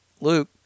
Luke